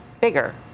bigger